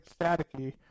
staticky